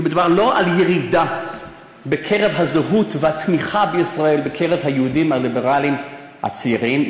מדובר לא בירידה בזהות ובתמיכה בישראל בקרב היהודים הליברלים הצעירים,